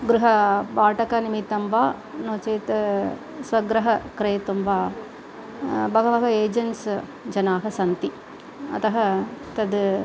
गृह भाटकनिमित्तं वा नो चेत् स्वगृहं क्रेतुं वा बहवः एजन्स् जनाः सन्ति अतः तद्